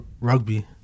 rugby